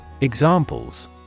Examples